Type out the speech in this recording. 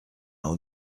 will